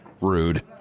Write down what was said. Rude